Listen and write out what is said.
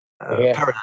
paradigm